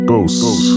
Ghosts